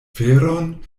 feron